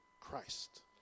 Christ